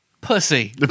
Pussy